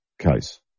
case